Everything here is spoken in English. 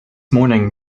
morning